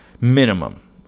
minimum